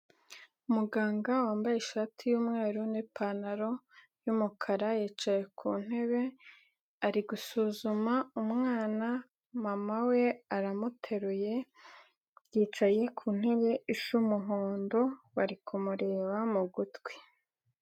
Muganga wambaye ishati y'umweru n'ipantaro y'umukara yicaye ku ntebe, ari gusuzuma umwana, mama we aramuteruye yicaye ku ntebe z'umuhondo, bari kumureba mu gutwi.